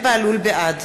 בעד